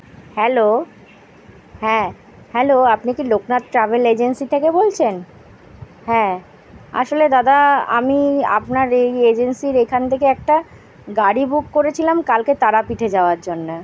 hello হ্যাঁ hello আপনি কি লোকনাথ ট্রাভেল এজেন্সি থেকে বলছেন হ্যাঁ আসলে দাদা আমি আপনার এই এজেন্সির এখান থেকে একটা গাড়ি বুক করেছিলাম কালকে তারাপীঠে যাওয়ার জন্যে